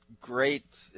great